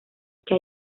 que